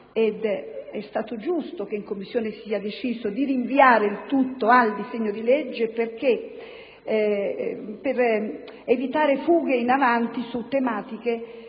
Ed è stato giusto che in Commissione si sia deciso di rinviare la materia al disegno di legge per evitare fughe in avanti su tematiche che alla